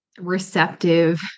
receptive